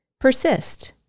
Persist